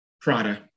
Prada